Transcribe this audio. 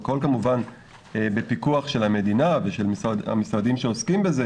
הכל כמובן בפיקוח של המדינה ושל המשרדים שעוסקים בזה,